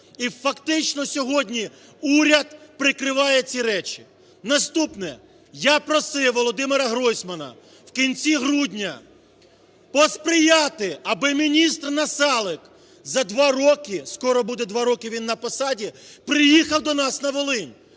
І фактично сьогодні уряд прикриває ці речі. Наступне. Я просив Володимира Гройсмана в кінці грудня посприяти, аби міністр Насалик за два роки (скоро буде два роки він на посаді) приїхав до нас на Волинь,